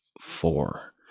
four